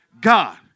God